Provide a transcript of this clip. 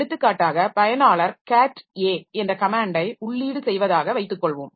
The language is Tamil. எடுத்துக்காட்டாக பயனாளர் cat a என்ற கமேன்டை உள்ளீடு செய்வதாக வைத்துக்கொள்வோம்